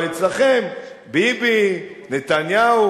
אבל אצלכם, ביבי, נתניהו.